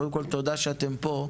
קודם כל תודה שאתם פה,